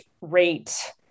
rate